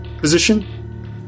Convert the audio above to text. position